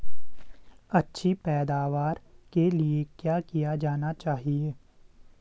अच्छी पैदावार के लिए क्या किया जाना चाहिए?